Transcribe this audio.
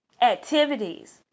activities